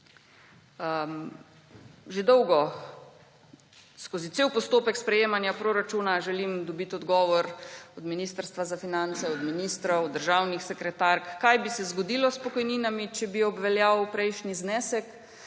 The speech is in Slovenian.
Že dolgo, skozi cel postopek sprejemanja proračuna želim dobiti odgovor od Ministrstva za finance, od ministrov, državnih sekretark, kaj bi se zgodilo s pokojninami, če bi obveljal prejšnji znesek.